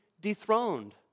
dethroned